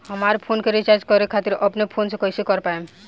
हमार फोन के रीचार्ज करे खातिर अपने फोन से कैसे कर पाएम?